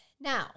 Now